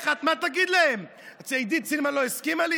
מה תגיד להם, עידית סילמן לא הסכימה לי?